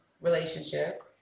relationship